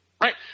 Right